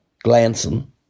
glancing